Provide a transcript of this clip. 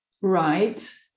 Right